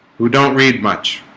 who don't read much